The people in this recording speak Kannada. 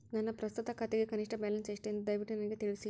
ನನ್ನ ಪ್ರಸ್ತುತ ಖಾತೆಗೆ ಕನಿಷ್ಟ ಬ್ಯಾಲೆನ್ಸ್ ಎಷ್ಟು ಎಂದು ದಯವಿಟ್ಟು ನನಗೆ ತಿಳಿಸಿ